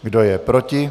Kdo je proti?